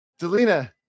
Delina